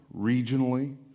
regionally